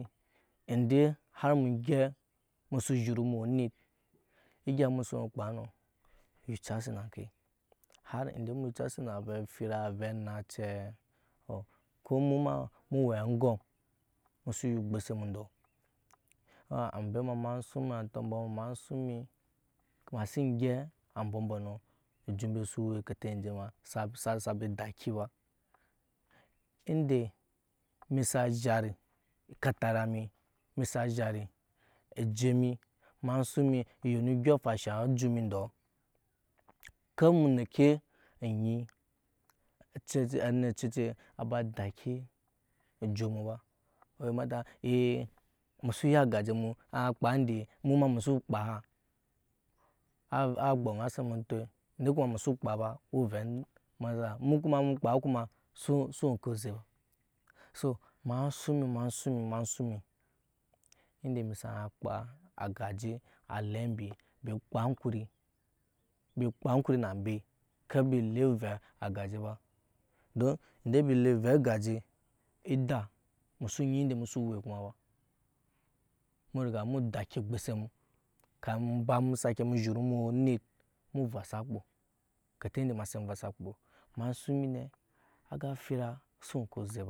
Idɛ har mu gyap muso zhoro har muwu onet egya mu suno kpa no yucasi na ke har idɛ mu yucasi na ave fira ave nacɛ to ko emu ma muwe angɔm muso yu ogbose mu do oambe ma-ma suŋ mi atobo ma suŋ mi mase gyap abobono ojebe so we kete aje sa sabe daki ba idɛ emi sa zhat ektara mi emi sa zhat oje mi ma suŋ mi oyeno odyoŋ afaŋ shaŋe ejut mi do ker emi neke chɛ-chɛ onet chɛ-chɛ aba daki ejut mu ba we mada a mu su ya a kpa dɛ muma muso kpa a agboŋa simu atɔy yukpa muso kpa ba owe ove en muya mu koma mu kpa koma su we suonke ze ba su ma suŋmi ma suŋ mima suŋ mi idɛ emi sana kpa agaje na embe kar bi le ove agaje ba so nyi idɛ we komaba mu riga mu daki ogbose mu kami mu ba musaki mu zhuro muwe onet mu vo sa kpo kete idɛ mase vose kpo kete idɛ mase vosa kpo ma suŋ mina aga fira su we oŋke ze ba.